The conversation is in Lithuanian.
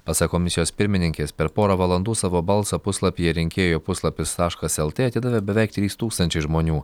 pasak komisijos pirmininkės per porą valandų savo balsą puslapyje rinkėjo puslapis taškas lt atidavė beveik trys tūkstančiai žmonių